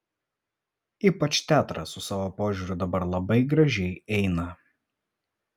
ypač teatras su savo požiūriu dabar labai gražiai eina